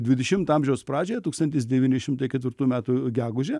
dvidešimto amžiaus pradžioje tūkstantis devyni šimtai ketvirtų metų gegužę